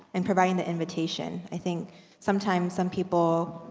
and providing the invitation. i think sometimes some people,